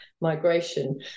migration